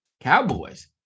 Cowboys